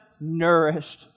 nourished